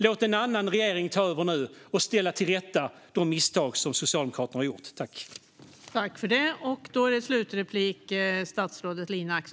Låt en annan regering ta över nu och ställa de misstag som Socialdemokraterna har begått till rätta!